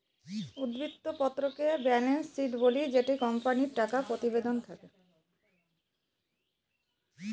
উদ্ধৃত্ত পত্রকে আমরা ব্যালেন্স শীট বলি যেটিতে কোম্পানির টাকা প্রতিবেদন থাকে